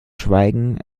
schweigen